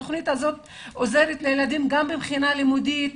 התוכנית הזאת עוזרת לילדים גם מבחינה לימודית,